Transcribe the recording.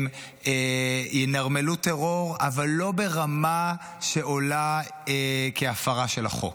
הם ינרמלו טרור, אבל לא ברמה שעולה כהפרה של החוק.